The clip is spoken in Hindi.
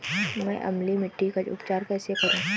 मैं अम्लीय मिट्टी का उपचार कैसे करूं?